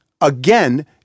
again